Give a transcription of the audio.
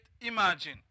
imagine